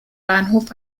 bahnhof